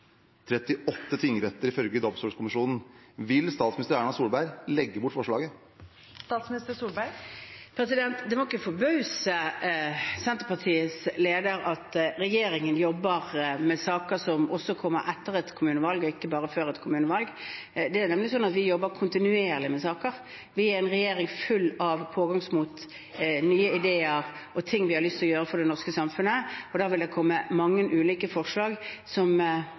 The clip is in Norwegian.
38 tingretter. Vil statsminister Solberg legge bort forslaget? Det må ikke forbause Senterpartiets leder at regjeringen jobber med saker som også kommer etter et kommunevalg, og ikke bare før et kommunevalg. Det er slik at vi jobber kontinuerlig med saker. Vi er en regjering full av pågangsmot, vi har nye ideer og ting vi har lyst til å gjøre for det norske samfunnet. Da vil det komme mange ulike forslag, som